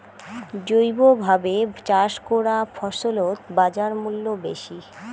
জৈবভাবে চাষ করা ফছলত বাজারমূল্য বেশি